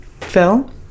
Phil